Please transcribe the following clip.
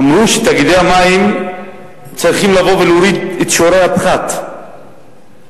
אמרו שתאגידי המים צריכים להוריד את שיעורי הפחת בצנרת.